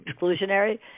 exclusionary